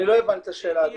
אני לא הבנתי את השאלה, אדוני.